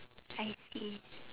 I see